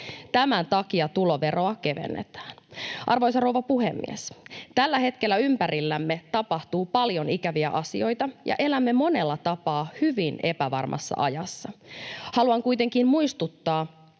Tämän takia tuloveroa kevennetään. Arvoisa rouva puhemies! Tällä hetkellä ympärillämme tapahtuu paljon ikäviä asioita ja elämme monella tapaa hyvin epävarmassa ajassa. Haluan kuitenkin muistuttaa,